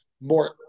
more